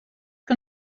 que